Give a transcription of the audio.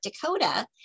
Dakota